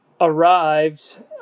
arrived